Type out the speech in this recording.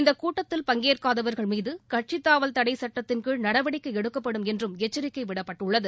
இந்த கூட்டத்தில் பங்கேற்காதவர்கள் மீது கட்சித் தாவல் தடை சுட்டத்தின் கீழ் நடவடிக்கை எடுக்கப்படும் என்றும் எச்சரிக்கை விடப்பட்டுள்ளது